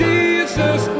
Jesus